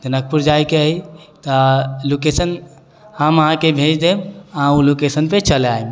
जनकपुर जाइके हइ तऽ लोकेशन हम अहाँके भेज देब अहाँ ओ लोकेशनपर चलि आएब